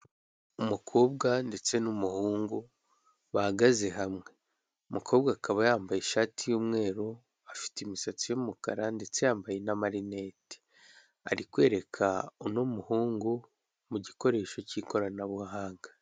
Umukobwa ndetse n'umuhungu bahagaze hamwe umukobwa akaba yambaye ishati y'umweru afite imisatsi y'umukara ndetse yambaye n'amarinete, ari kwereka uno muhungu mu gikoresho k'ikoranabuhanga.